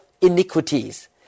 iniquities